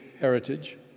heritage